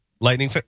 Lightning